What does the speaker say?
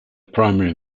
primary